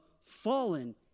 fallen